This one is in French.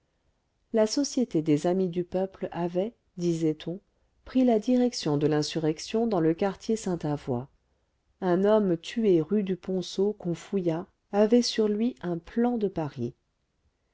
la société des amis du peuple avait disait-on pris la direction de l'insurrection dans le quartier sainte avoye un homme tué rue du ponceau qu'on fouilla avait sur lui un plan de paris